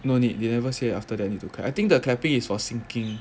no need they never say after that need to clap I think the clapping is for syncing